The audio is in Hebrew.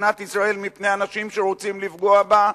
מדינת ישראל מפני אנשים שרוצים לפגוע בה,